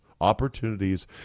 opportunities